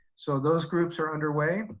so those groups are underway,